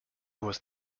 was